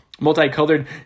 Multicolored